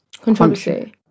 controversy